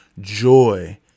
joy